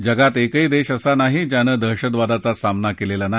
जगात एकही देश असा नाही ज्यानं दहशतवादाचा सामना केला नाही